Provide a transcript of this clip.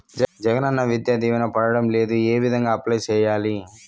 జగనన్న విద్యా దీవెన పడడం లేదు ఏ విధంగా అప్లై సేయాలి